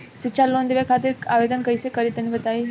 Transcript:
शिक्षा लोन लेवे खातिर आवेदन कइसे करि तनि बताई?